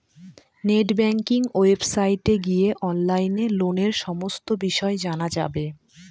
net banking ওয়েবসাইটে গিয়ে অনলাইনে লোনের সমস্ত বিষয় জানা যাবে